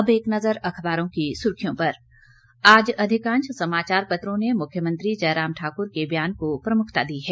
अब एक नजर अखबारों की सुर्खियों पर आज अधिकांश समाचार पत्रों ने मुख्यमंत्री जयराम ठाक्र के बयान को प्रमुखता दी है